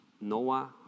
Noah